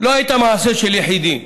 לא היו מעשי יחידים,